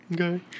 Okay